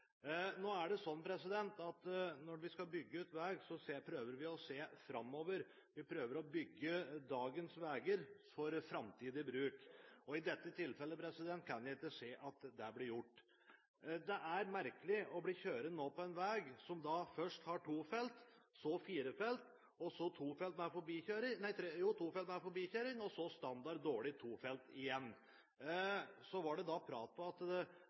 nå. Og det skulle faktisk ikke så veldig mye til, for å være helt ærlig. Når vi skal bygge ut vei, prøver vi å se framover. Vi prøver å bygge dagens veier for framtidig bruk, men i dette tilfellet kan jeg ikke se at det blir gjort. Det blir merkelig å kjøre på en vei som først har to felt, så fire felt, så to felt med forbikjøring og så standard, dårlig to felt igjen. Så var det prat om at det